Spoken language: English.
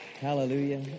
Hallelujah